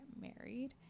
married